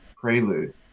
prelude